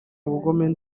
ubugome